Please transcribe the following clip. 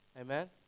Amen